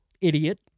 idiot